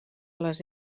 les